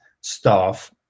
staff